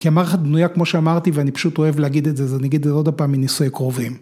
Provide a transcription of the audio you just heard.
כי המערכת בנויה כמו שאמרתי ואני פשוט אוהב להגיד את זה, אז אני אגיד את זה עוד הפעם מנישואי קרובים.